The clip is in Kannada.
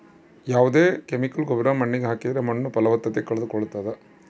ಯಾವ್ದೇ ಕೆಮಿಕಲ್ ಗೊಬ್ರ ಮಣ್ಣಿಗೆ ಹಾಕಿದ್ರೆ ಮಣ್ಣು ಫಲವತ್ತತೆ ಕಳೆದುಕೊಳ್ಳುತ್ತದೆ